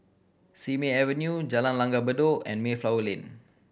Simei Avenue Jalan Langgar Bedok and Mayflower Lane